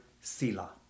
Sila